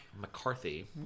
McCarthy